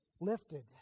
lifted